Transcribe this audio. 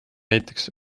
näiteks